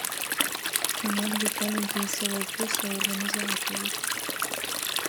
tu netgi palenkei į savo pusę organizatorius